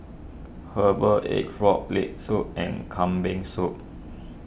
Herbal Egg Frog Leg Soup and Kambing Soup